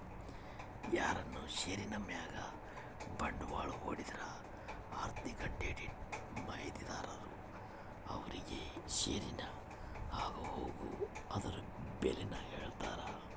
ಯಾರನ ಷೇರಿನ್ ಮ್ಯಾಗ ಬಂಡ್ವಾಳ ಹೂಡಿದ್ರ ಆರ್ಥಿಕ ಡೇಟಾ ಮಾಹಿತಿದಾರರು ಅವ್ರುಗೆ ಷೇರಿನ ಆಗುಹೋಗು ಅದುರ್ ಬೆಲೇನ ಹೇಳ್ತಾರ